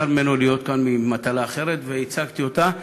נבצר ממנו להיות כאן בשל מטלה אחרת והצגתי אותה.